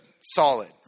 Solid